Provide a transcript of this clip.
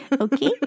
Okay